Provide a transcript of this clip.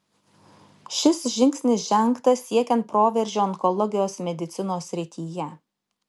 šis žingsnis žengtas siekiant proveržio onkologijos medicinos srityje